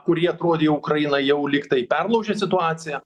kurie atrodė ukraina jau lyg tai perlaužė situaciją